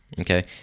Okay